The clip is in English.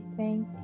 thank